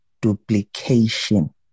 duplication